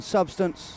Substance